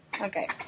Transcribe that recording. Okay